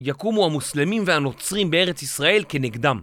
יקומו המוסלמים והנוצרים בארץ ישראל כנגדם.